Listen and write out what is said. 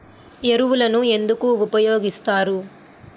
ఎరువులను ఎందుకు ఉపయోగిస్తారు?